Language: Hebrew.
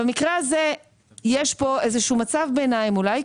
במקרה הזה יש פה איזה שהוא מצב ביניים אולי,